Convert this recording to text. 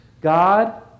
God